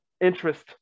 interest